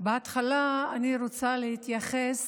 בהתחלה אני רוצה להתייחס